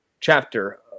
chapter